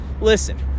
Listen